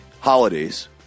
holidays